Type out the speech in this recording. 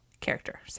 character